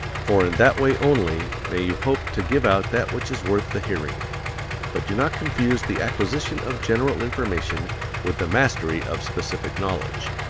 for in that way only may you hope to give out that which is worth the hearing but do not confuse the acquisition of general information with the mastery of specific knowledge.